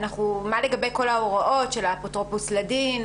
מה לגבי כל ההוראות של האפוטרופוס לדין,